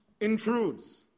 intrudes